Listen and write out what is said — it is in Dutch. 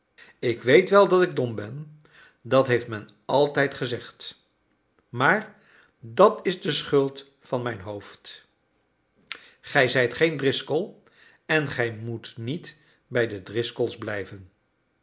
ik weet wel dat ik dom ben dat heeft men altijd gezegd maar dat is de schuld van mijn hoofd gij zijt geen driscoll en gij moet niet bij de driscoll's blijven